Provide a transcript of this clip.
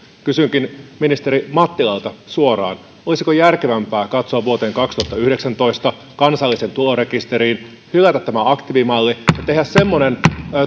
kysynkin ministeri mattilalta suoraan olisiko järkevämpää katsoa vuoteen kaksituhattayhdeksäntoista kansalliseen tulorekisteriin ja hylätä tämä aktiivimalli ja tehdä semmoinen